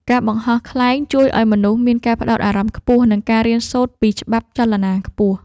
ការបង្ហោះខ្លែងជួយឱ្យមនុស្សមានការផ្ដោតអារម្មណ៍ខ្ពស់ និងការរៀនសូត្រពីច្បាប់ចលនាខ្យល់។